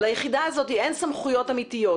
אבל ליחידה הזאת אין סמכויות אמיתיות,